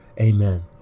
Amen